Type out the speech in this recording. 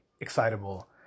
excitable